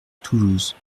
toulouse